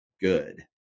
good